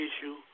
issue